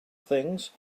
things